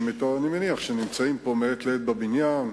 אני מניח שנמצאים פה מעת לעת בבניין,